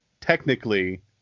technically